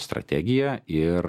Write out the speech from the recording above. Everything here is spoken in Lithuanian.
strategiją ir